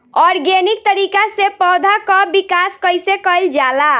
Organic तरीका से पौधा क विकास कइसे कईल जाला?